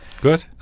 Good